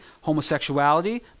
homosexuality